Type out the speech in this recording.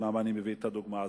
למה אני מביא את הדוגמה הזאת,